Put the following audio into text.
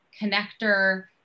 connector